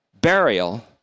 burial